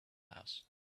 house